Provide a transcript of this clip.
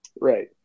Right